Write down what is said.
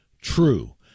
true